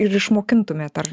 ir išmokintumėt ar